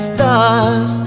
Stars